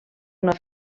una